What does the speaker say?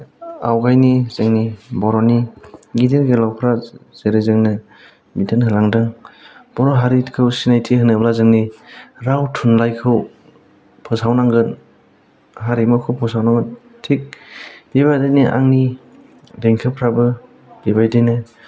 आवगायनि जोंनि बर'नि गिदिर गोलावफ्रा जेरै जोंनो बिथोन होलांदों बर' हारिखौ सिनायथि होनोब्ला जोंनि राव थुनलाइखौ फोसावनांगोन हारिमुखौ फोसावनांगोन थिग बेबादिनो आंनि देंखोफ्राबो बेबायदिनो